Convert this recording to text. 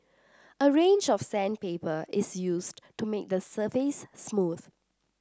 a range of sandpaper is used to make the surface smooth